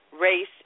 race